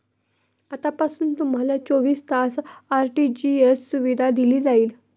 आतापासून तुम्हाला चोवीस तास आर.टी.जी.एस सुविधा दिली जाईल